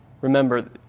Remember